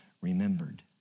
remembered